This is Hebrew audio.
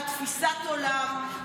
על תפיסת עולם,